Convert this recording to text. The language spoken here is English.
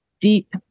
deep